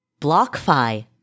BlockFi